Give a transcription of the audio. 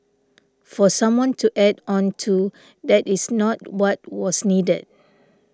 for someone to add on to that is not what was needed